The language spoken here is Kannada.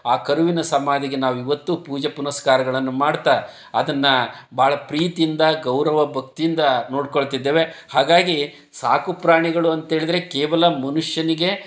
ಆ ಕರುವಿನ ಸಮಾಧಿಗೆ ನಾವು ಇವತ್ತೂ ಪೂಜೆ ಪುನಸ್ಕಾರಗಳನ್ನು ಮಾಡ್ತಾ ಅದನ್ನು ಭಾಳ ಪ್ರೀತಿಯಿಂದ ಗೌರವ ಭಕ್ತಿಯಿಂದ ನೋಡಿಕೊಳ್ತಿದ್ದೇವೆ ಹಾಗಾಗಿ ಸಾಕುಪ್ರಾಣಿಗಳು ಅಂತೇಳಿದರೆ ಕೇವಲ ಮನುಷ್ಯನಿಗೆ